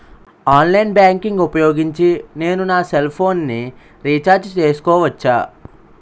Online banking ఊపోయోగించి నేను నా సెల్ ఫోను ని రీఛార్జ్ చేసుకోవచ్చా?